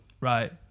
Right